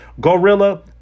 gorilla